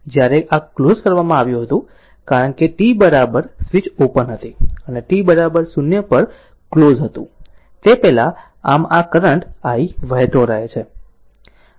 જ્યારે આ ક્લોઝ કરવામાં આવ્યું હતું કારણ કે t સ્વીચ ઓપન હતું અને t 0 ક્લોઝ હતું તે પહેલાં આમ આ કરંટ i વહેતો રહે છે